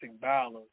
violence